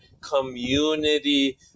community